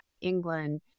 England